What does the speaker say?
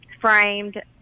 framed